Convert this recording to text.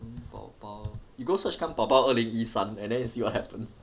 甘宝宝 you go search 甘宝宝二零一三 and then you see what happens